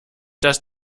das